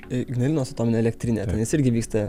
ignalinos atominė elektrinė nes irgi vyksta